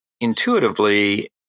intuitively